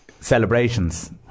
Celebrations